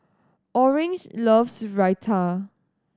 Orange loves Raita